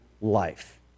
life